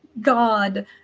god